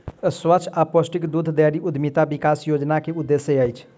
स्वच्छ आ पौष्टिक दूध डेयरी उद्यमिता विकास योजना के उद्देश्य अछि